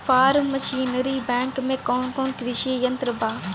Form machinery bank में कौन कौन कृषि यंत्र बा?